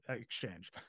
exchange